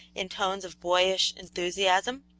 in tones of boyish enthusiasm,